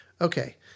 Okay